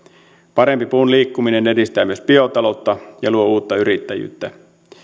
parempi puun liikkuminen edistää myös biotaloutta ja luo uutta yrittäjyyttä